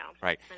Right